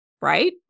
Right